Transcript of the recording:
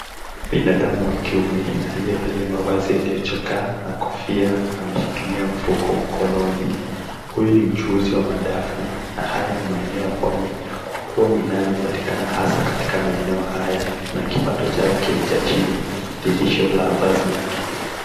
Binadamu wa kiume aliyevalia mavazi yaliyochoka na kofia ameshikilia mfuko mkononi. Huyu ni mchuuzi wa madafu na haya ni maeneo ya pwani kwa kuwa minazi hupatikana hasa katika maeneo haya na kipato chake ni cha chini dhihirisho la vazi lake.